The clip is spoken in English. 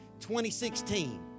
2016